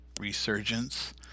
resurgence